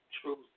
true